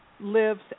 Lives